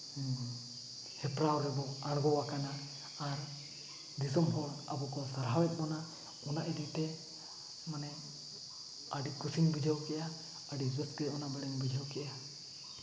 ᱦᱮᱯᱨᱟᱣ ᱨᱮᱵᱚ ᱟᱬᱜᱚ ᱟᱠᱟᱱᱟ ᱟᱨ ᱫᱤᱥᱚᱢ ᱦᱚᱲ ᱟᱵᱚ ᱠᱚ ᱥᱟᱨᱦᱟᱣᱮᱫ ᱵᱚᱱᱟ ᱚᱱᱟ ᱤᱫᱤᱛᱮ ᱢᱟᱱᱮ ᱟᱹᱰᱤ ᱠᱩᱥᱤᱧ ᱵᱩᱡᱷᱟᱹᱧ ᱠᱮᱜᱼᱟ ᱟᱹᱰᱤ ᱨᱟᱹᱥᱠᱟᱹ ᱚᱱᱟ ᱵᱟᱲᱮᱧ ᱵᱩᱡᱷᱟᱹᱣ ᱠᱮᱜᱼᱟ